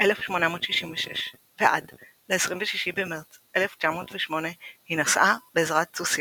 1866 ועד ל-26 במרץ 1908 היא נסעה בעזרת סוסים.